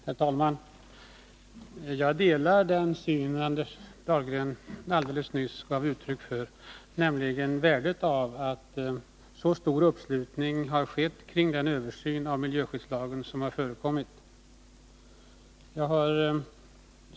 Herr talman! Jag delar det synsätt som Anders Dahlgren nu gav uttryck åt, när han framhöll värdet av att en så stor uppslutning har skett kring den översyn av miljöskyddslagen som genomförts.